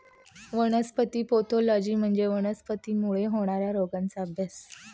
वनस्पती पॅथॉलॉजी म्हणजे वनस्पतींमुळे होणार्या रोगांचा अभ्यास